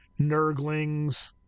nerglings